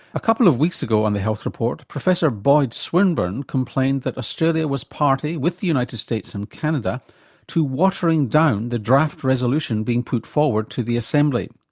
a couple of weeks ago on the health report professor boyd swinburn complained that australia was party with the united states and canada to watering down the draft resolution being put forward to the assembly.